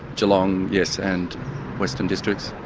geelong, yes, and western districts.